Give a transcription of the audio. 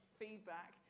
feedback